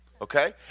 Okay